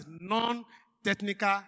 non-technical